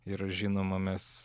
ir žinoma mes